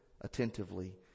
attentively